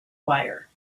wire